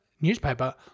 newspaper